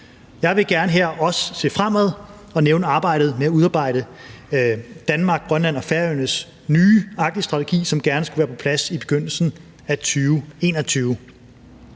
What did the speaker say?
Jeg vil her også gerne se fremad og nævne arbejdet med at udarbejde Danmark, Færøerne, Grønland og Færøernes nye Arktisstrategi, som gerne skulle være på plads i begyndelsen af 2021.